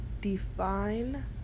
define